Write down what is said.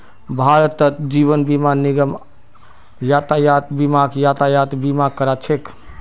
भारतत जीवन बीमा निगम यातायात बीमाक यातायात बीमा करा छेक